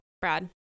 Brad